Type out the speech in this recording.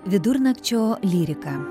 vidurnakčio lyrika